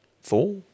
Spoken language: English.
Four